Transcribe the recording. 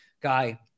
guy